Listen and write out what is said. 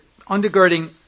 undergirding